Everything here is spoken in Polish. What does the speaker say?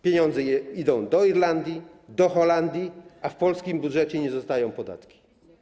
Pieniądze idą do Irlandii, do Holandii, a w polskim budżecie nie zostają podatki.